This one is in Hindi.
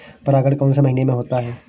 परागण कौन से महीने में होता है?